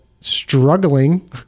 struggling